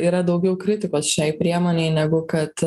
yra daugiau kritikos šiai priemonei negu kad